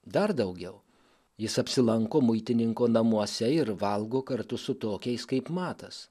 dar daugiau jis apsilanko muitininko namuose ir valgo kartu su tokiais kaip matas